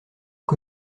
que